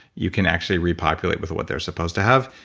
you can actually repopulate with what they're supposed to have.